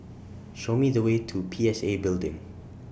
Show Me The Way to P S A Building